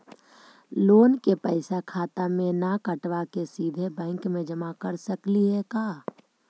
Loan के पैसा खाता मे से न कटवा के सिधे बैंक में जमा कर सकली हे का?